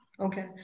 Okay